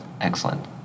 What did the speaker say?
Excellent